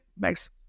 Thanks